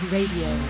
Radio